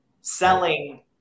selling